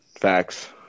Facts